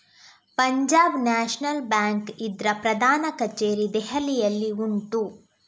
Punjab National Bank ಇದ್ರ ಪ್ರಧಾನ ಕಛೇರಿ ದೆಹಲಿಯಲ್ಲಿ ಉಂಟು